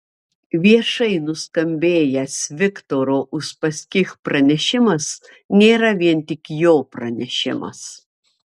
viešai nuskambėjęs viktoro uspaskich pranešimas nėra vien tik jo pranešimas